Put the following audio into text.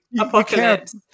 apocalypse